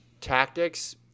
tactics